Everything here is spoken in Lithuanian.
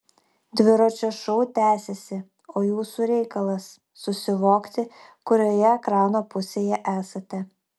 dviračio šou tęsiasi o jūsų reikalas susivokti kurioje ekrano pusėje esate